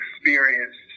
experienced